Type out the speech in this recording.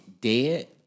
dead